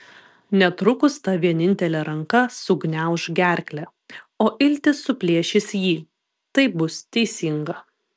netrukus ta vienintelė ranka sugniauš gerklę o iltys suplėšys jį taip bus teisinga